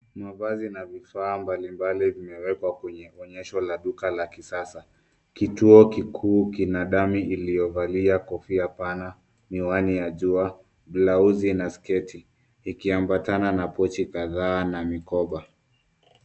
Mavazi na vifaa mbalimbali vimewekwa kwenye onyesho la duka la kisasa . Kituo kikuu kina dummy iliyovalia kofia pana, miwani ya jua, blauzi na sketi ikiambatana na pochi kadhaa na mikoba.